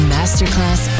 Masterclass